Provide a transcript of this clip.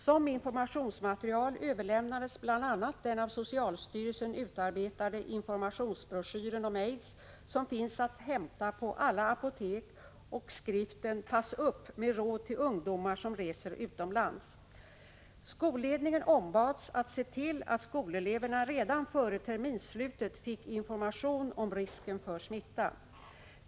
Som informationsmaterial överlämnades bl.a. den av socialstyrelsen utarbetade informationsbroschyren om aids som finns att hämta på alla apotek och skriften ”Pass Upp” med råd till ungdomar som reser utomlands. Skolledningen ombads att se till att skoleleverna redan före terminsslutet fick information om risken för smitta.